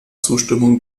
zustimmung